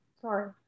sorry